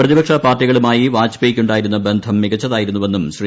പ്രതിപക്ഷ പാർട്ടികളുമായി വാജ്പേയിക്കുണ്ടായിരുന്ന ബന്ധം മികച്ചതാ യിരുന്നുവെന്നും ശ്രീ